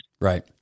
Right